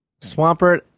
Swampert